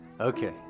Okay